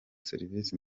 serivisi